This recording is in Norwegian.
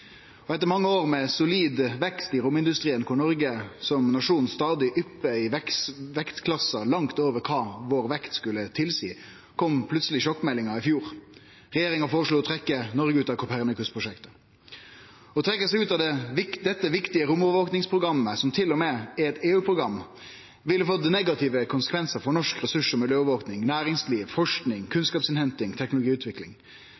space. Etter mange år med solid vekst i romindustrien, der Noreg som nasjon stadig yppar i vektklassar langt over kva vekta vår skulle tilseie, kom plutseleg sjokkmeldinga i fjor: Regjeringa føreslo å trekkje Noreg ut av Copernicus-prosjektet. Å trekkje seg ut av dette viktige romovervakingsprogrammet, som til og med er eit EU-program, ville fått negative konsekvensar for norsk ressurs- og miljøovervaking, næringsliv, forsking,